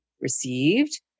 received